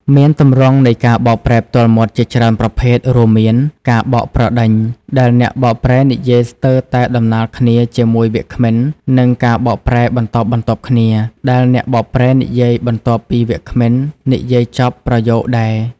មានទម្រង់នៃការបកប្រែផ្ទាល់មាត់ជាច្រើនប្រភេទ រួមមាន ការបកប្រដេញ ដែលអ្នកបកប្រែនិយាយស្ទើរតែដំណាលគ្នាជាមួយវាគ្មិន និងការបកប្រែបន្តបន្ទាប់គ្នា ដែលអ្នកបកប្រែនិយាយបន្ទាប់ពីវាគ្មិននិយាយចប់ប្រយោគដែរ។